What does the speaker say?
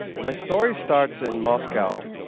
my story starts in moscow.